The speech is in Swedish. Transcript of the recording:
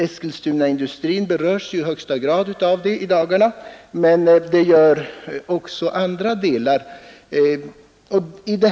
Eskilstunaindustrin berörs i högsta grad av detta, men det gör också andra delar av länet.